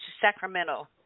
Sacramento